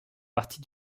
partie